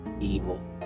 evil